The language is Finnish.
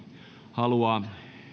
haluavat